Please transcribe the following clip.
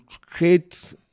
create